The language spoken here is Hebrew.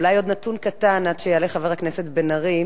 אולי עוד נתון קטן, עד שיעלה חבר הכנסת בן-ארי.